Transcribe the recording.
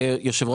בדיוק כמו רשות